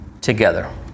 together